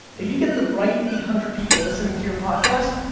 if you get the right eight hundred people listening to your podcast,